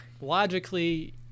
logically